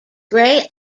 grey